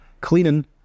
Cleaning